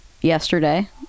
yesterday